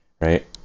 right